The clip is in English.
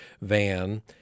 VAN